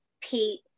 Pete